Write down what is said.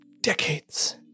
decades